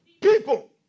people